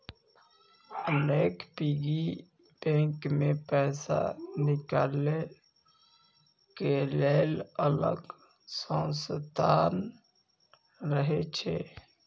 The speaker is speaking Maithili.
अनेक पिग्गी बैंक मे पैसा निकालै के लेल अलग सं व्यवस्था रहै छै